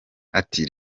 ati